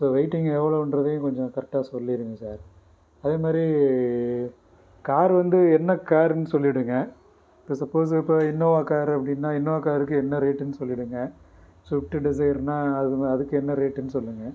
so waiting எவ்வளோன்றதையும் கொஞ்சம் கரெக்ட்டாக சொல்லிடுங்க சார் அதே மாதிரி கார் வந்து என்ன கார்னு சொல்லிடுங்க இப்போ சப்போஸ் இப்போ இனோவா கார் அப்படின்னா இனோவா காருக்கு என்ன ரேட்டுன்னு சொல்லிடுங்க ஸ்விஃப்ட் டிசையர் அது அதுக்கு என்ன ரேட்டுன்னு சொல்லுங்க